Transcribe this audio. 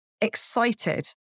excited